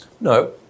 No